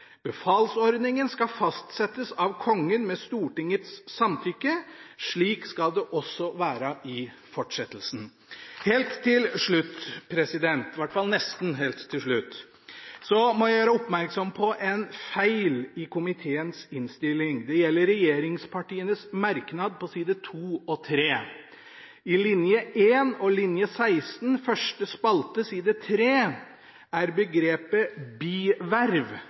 Befalsordningen skal fastsettes av «Kongen med Stortingets samtykke». Slik skal det også være i fortsettelsen. Nesten helt til slutt: Jeg må gjøre oppmerksom på en feil i komiteens innstilling. Det gjelder regjeringspartienes merknad på side 2 og 3. I linje 1 og linje 16, første spalte, side 3 er begrepet